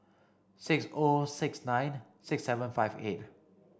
six O six nine six seven five eight